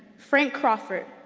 frank crawford,